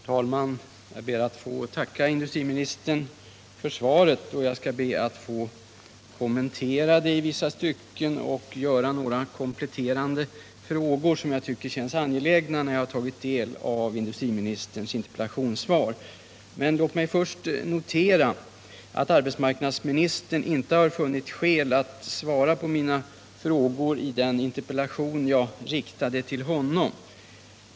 Herr talman! Jag ber att få tacka industriministern för interpellationssvaret. Jag skall också be att få kommentera det i vissa stycken och ställa några kompletterande frågor, som jag tycker känns angelägna sedan jag tagit del av industriministerns svar. Låt mig dock först notera att arbetsmarknadsministern inte har funnit skäl att svara på mina frågor i den interpellation jag riktade till honom.